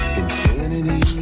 infinity